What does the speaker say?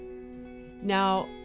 Now